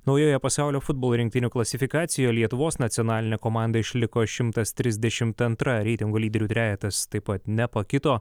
naujoje pasaulio futbolo rinktinių klasifikacijoje lietuvos nacionalinė komanda išliko šimtas trisdešimt antra reitingo lyderių trejetas taip pat nepakito